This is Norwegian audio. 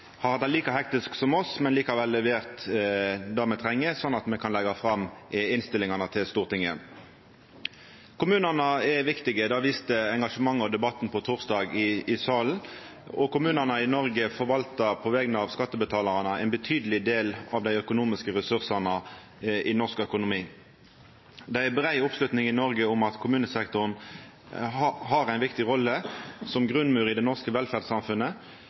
har hatt det like hektisk som oss, men likevel levert det me treng, slik at me kan leggja fram innstillingane til Stortinget. Kommunane er viktige. Det viste engasjementet og debatten i salen på torsdag, og kommunane i Noreg forvaltar – på vegner av skattebetalarane – ein betydeleg del av dei økonomiske ressursane i norsk økonomi. Det er brei oppslutning i Noreg om at kommunesektoren har ei viktig rolle som grunnmur i det norske velferdssamfunnet.